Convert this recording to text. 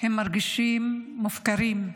הם מרגישים מופקרים.